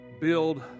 build